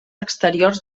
exteriors